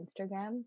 Instagram